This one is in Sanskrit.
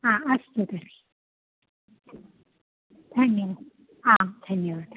हा अस्तु तर्हि धन्यवादः आं धन्यवादः